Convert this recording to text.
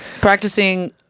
practicing